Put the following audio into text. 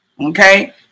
Okay